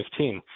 2015